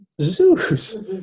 Zeus